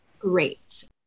Great